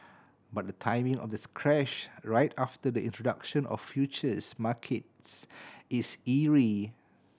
but the timing of this crash right after the introduction of futures markets is eerie